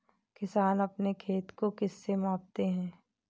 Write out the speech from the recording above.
किसान अपने खेत को किससे मापते हैं?